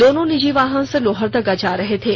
दोर्नो निजी वाहन से लोहरदगा जा रहे थे